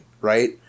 right